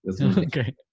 Okay